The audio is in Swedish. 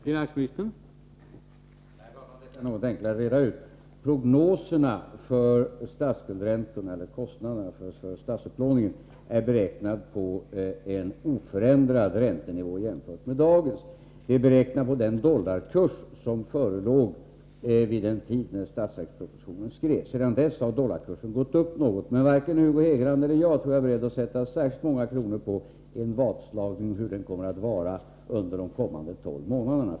Herr talman! Detta är något enklare att reda ut. Prognoserna för statsskuldsräntan eller kostnaderna för statsupplåningen är beräknade på en oförändrad räntenivå jämfört med dagens. De är beräknade på den dollarkurs som förelåg vid den tid då statsverkspropositionen skrevs. Sedan dess har dollarkursen gått upp något. Men jag tror att varken Hugo Hegeland eller jag är beredd att sätta särskilt många kronor på en vadslagning om hur dollarkursen kommer att utvecklas under de kommande tolv månaderna.